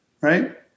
right